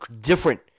different